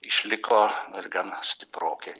išliko ir gana stiproki